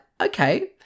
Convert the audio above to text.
okay